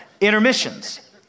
Intermissions